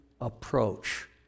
approach